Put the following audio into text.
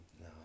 No